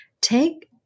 Take